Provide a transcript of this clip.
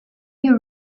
you